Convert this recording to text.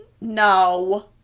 no